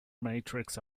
matrix